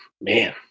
man